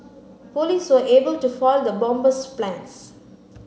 police were able to foil the bomber's plans